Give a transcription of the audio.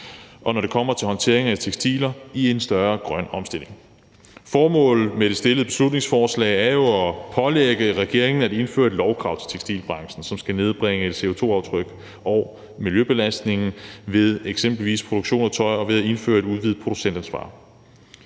når det kommer til håndtering af tekstiler i en større grøn omstilling. Formålet med det fremsatte beslutningsforslag er jo at pålægge regeringen at indføre et lovkrav til tekstilbranchen, som skal nedbringe CO2-aftrykket og miljøbelastningen fra eksempelvis produktion af tøj ved at indføre et udvidet producentansvar.